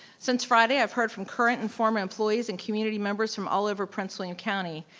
since friday, i've heard from current and former employees and community members from all over prince william county.